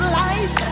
life